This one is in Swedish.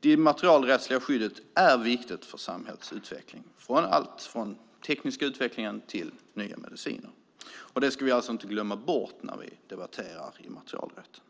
Det immaterialrättsliga skyddet är viktigt för samhällets utveckling. Det gäller allt från teknisk utveckling till nya mediciner. Det ska vi inte glömma bort när vi debatterar immaterialrätten.